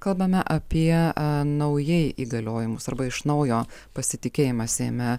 kalbame apie naujai įgaliojimus arba iš naujo pasitikėjimą seime